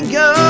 go